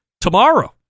tomorrow